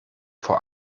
vor